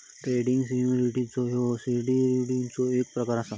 trading securities ह्यो सिक्युरिटीजचो एक प्रकार असा